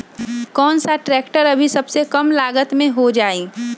कौन सा ट्रैक्टर अभी सबसे कम लागत में हो जाइ?